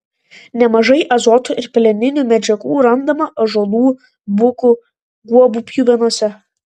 nemažai azoto ir peleninių medžiagų randama ąžuolų bukų guobų pjuvenose